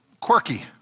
quirky